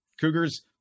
Cougars